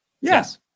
Yes